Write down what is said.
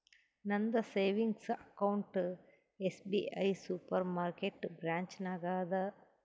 ನಂದ savings account SBI super market branch ನಾಗ್ ಅದಾ